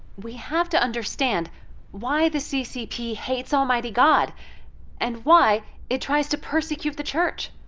we have to understand why the ccp hates almighty god and why it tries to persecute the church.